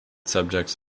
subjects